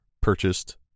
purchased